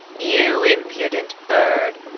you impudent bird,